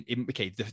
okay